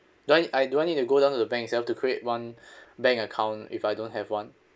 do I I do I need to go down to the bank itself to create one bank account if I don't have one